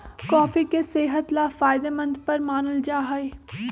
coffee के सेहत ला फायदेमंद पर मानल जाहई